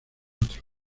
otro